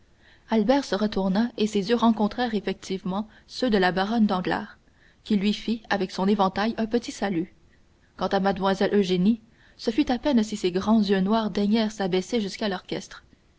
albert se retourna et ses yeux rencontrèrent effectivement ceux de la baronne danglars qui lui fit avec son éventail un petit salut quant à mlle eugénie ce fut à peine si ses grands yeux noirs daignèrent s'abaisser jusqu'à l'orchestre